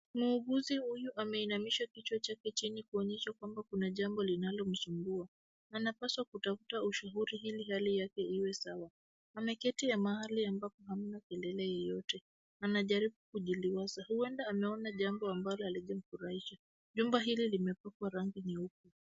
Muuguzi huyu ameinamisha kichwa chake chini kuonyesha kwamba kuna jambo linalomsumbua. Anapaswa kutafuta ushauri ili hali yake iwe sawa. Ameketi mahali ambapo hamna kelele yoyote, anajaribu kujiliwaza. Huenda anaona jambo ambalo halijamfurahisha. Jumba hili limepakwa rangi nyeupe.